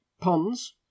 ponds